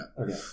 Okay